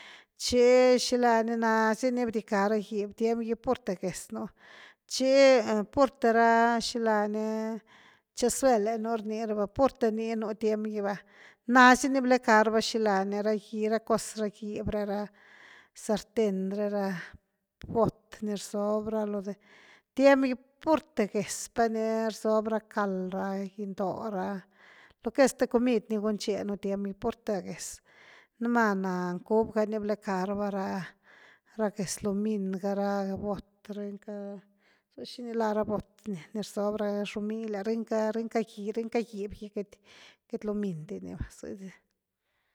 Chi xila nazi ni bdicka ra gib tiem gi purte géz nú chi purte ra xilani ncha zuel’e nú rniraba purte ní nú tiem gy va, na zy ni blecka raba xila ni ra gib ra, cos ra gíb re ra sarte ré ra, bot ni rzob ra lodhé, tiem gy purte géz pa ni rzob ra cald ra gindóh ra, lo que es zth comid ni gunchenu tiem gy purte géz, numa ná, cubi ga ni blecka raba ra géz lumin ga ra bot brëny ca, xo xini la ra bot ni rzob ra xomily ‘a brëny ca brëny cagíb gy queity-queity lumin di ni va, zh’ diz.